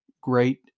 great